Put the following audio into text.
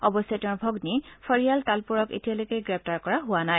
অৱশ্যে তেওঁৰ ভগ্নী ফৰিয়াল তালপুৰক এতিয়ালৈ গ্ৰেপ্তাৰ কৰা হোৱা নাই